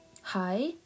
Hi